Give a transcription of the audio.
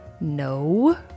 no